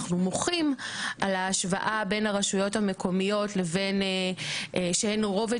אנחנו מוחים על ההשוואה בין הרשויות המקומיות שהן רובד